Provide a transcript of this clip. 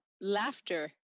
laughter